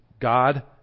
God